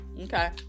Okay